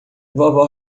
vovó